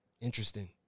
Interesting